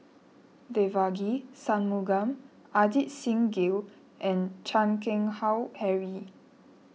Devagi Sanmugam Ajit Singh Gill and Chan Keng Howe Harry